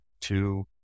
two